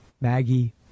Maggie